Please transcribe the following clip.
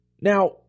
Now